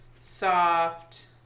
Soft